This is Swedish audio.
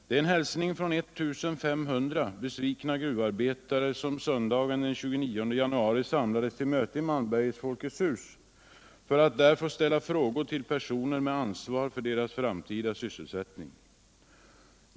Det är en hälsning från 1 500 besvikna gruvarbetare som söndagen den 29 januari samlades till möte i Malmbergets Folkets hus för att där få ställa frågor till personer med ansvar för deras framtida sysselsättning.